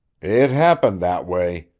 it happened that way,